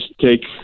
take